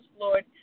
Lord